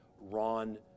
Ron